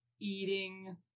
eating